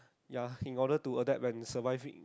ya in order to adapt when you survive it